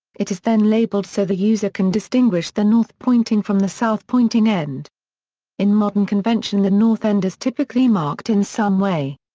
it is then labeled so the user can distinguish the north-pointing from the south-pointing end in modern convention the north end is typically marked in some way.